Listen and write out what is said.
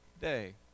day